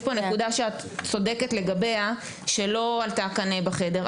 ויש פה נקודה שאת צודקת לגביה שלא עלתה כאן בחדר.